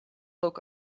look